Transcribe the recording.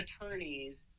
attorneys